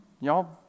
Y'all